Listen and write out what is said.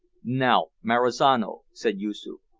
now, marizano, said yoosoof,